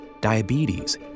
diabetes